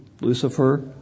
Lucifer